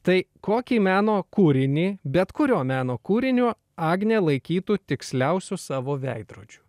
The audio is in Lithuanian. tai kokį meno kūrinį bet kurio meno kūrinio agnė laikytų tiksliausiu savo veidrodžiu